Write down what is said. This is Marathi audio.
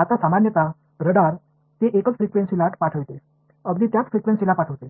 आता सामान्यत रडार ते एकच फ्रिक्वेन्सी लाट पाठवते अगदी त्याच फ्रिक्वेन्सीला पाठविते